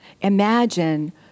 Imagine